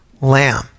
Lamb